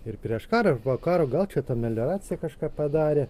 ir prieš karą ar po karo gal čia ta melioracija kažką padarė